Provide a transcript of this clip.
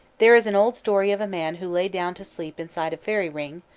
there is an old story of a man who lay down to sleep inside a fairy ring,